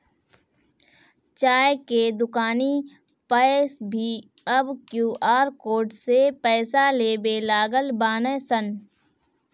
चाय के दुकानी पअ भी अब क्यू.आर कोड से पईसा लेवे लागल बानअ सन